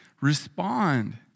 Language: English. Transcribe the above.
respond